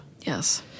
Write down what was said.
Yes